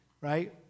right